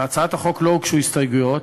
להצעת החוק לא הוגשו הסתייגויות,